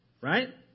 Right